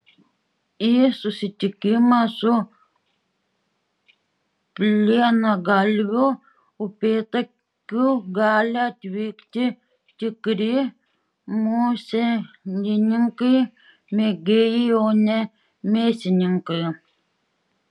į susitikimą su plienagalviu upėtakiu gali atvykti tikri muselininkai mėgėjai o ne mėsininkai